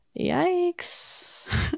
Yikes